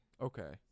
Okay